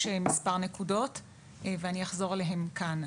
מספר נקודות ואני אחזור עליהן כאן.